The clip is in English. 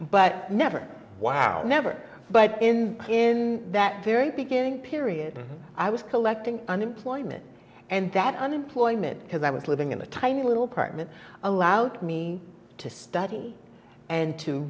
but never wow never but in in that very beginning period i was collecting unemployment and that unemployment because i was living in a tiny little partment allowed me to study and to